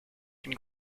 une